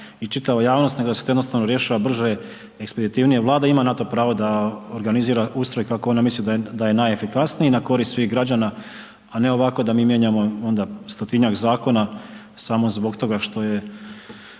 i čitava javnost, nego da to jednostavno rješava brže, ekspeditivnije. Vlada ima na to pravo da organizira ustroj kako ona misli da je najefikasniji na korist svih građana, a ne ovako da mi mijenjamo onda 100-tinjak zakona samo zbog toga što je,